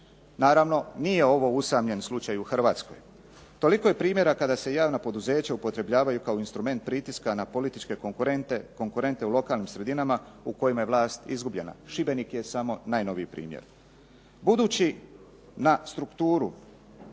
Naravno, nije ovo usamljen slučaj u Hrvatskoj. Toliko je primjeraka da se javna poduzeća upotrebljavaju kao instrument pritiska na političke konkurente u lokalnim sredinama u kojima je vlast izgubljena. Šibenik je samo najnoviji primjer. Budući na strukturu ljudi